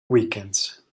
weekends